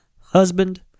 Husband